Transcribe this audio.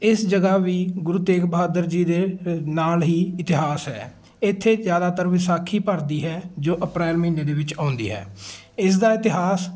ਇਸ ਜਗ੍ਹਾ ਵੀ ਗੁਰੂ ਤੇਗ ਬਹਾਦਰ ਜੀ ਦੇ ਨਾਲ ਹੀ ਇਤਿਹਾਸ ਹੈ ਇੱਥੇ ਜ਼ਿਆਦਾਤਰ ਵਿਸਾਖੀ ਭਰਦੀ ਹੈ ਜੋ ਅਪ੍ਰੈਲ ਮਹੀਨੇ ਦੇ ਵਿੱਚ ਆਉਂਦੀ ਹੈ ਇਸ ਦਾ ਇਤਿਹਾਸ